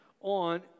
on